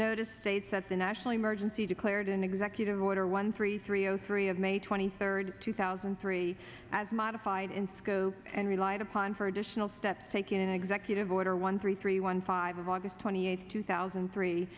notice states that the national emergency declared in executive order one three three zero three of may twenty third two thousand and three as modified in scope and relied upon for additional steps taken in executive order one three three one five aug twenty eighth two thousand and three